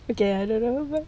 okay I don't know